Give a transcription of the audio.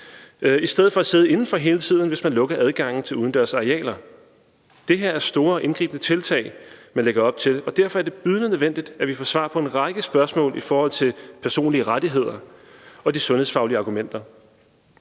i stedet for at sidde indenfor hele tiden, hvis man lukker adgangen til udendørs arealer? Det her er store, indgribende tiltag, man lægger op til, og derfor er det bydende nødvendigt, at vi kan få svar på en række spørgsmål i forhold til personlige rettigheder og de sundhedsfaglige argumenter.